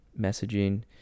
messaging